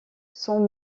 cents